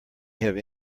have